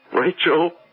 Rachel